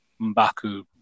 Mbaku